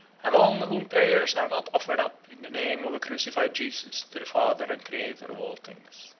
among whom prayers are not offered up in the name of a crucified jesus to the father and creator of all things.